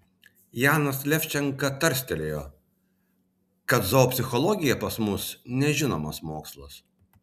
janas levčenka tarstelėjo kad zoopsichologija pas mus nežinomas mokslas